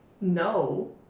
No